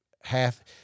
half